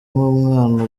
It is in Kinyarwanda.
nk’umwana